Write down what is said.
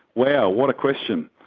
wow, what a question.